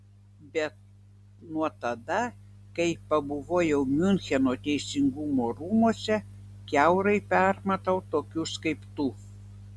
bet nuo tada kai pabuvojau miuncheno teisingumo rūmuose kiaurai permatau tokius kaip tu